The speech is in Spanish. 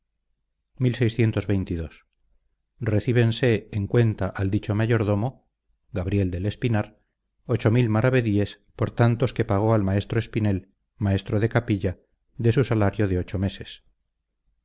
siguientes recíbense en cuenta al dicho mayordomo mrs por tantos que pagó al maestro espinel maestro de capilla de su salario de ocho meses